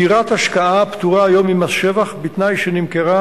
דירת השקעה פטורה היום ממס שבח בתנאי שנמכרה